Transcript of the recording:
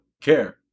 care